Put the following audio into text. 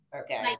Okay